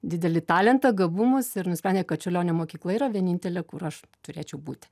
didelį talentą gabumus ir nusprendė kad čiurlionio mokykla yra vienintelė kur aš turėčiau būti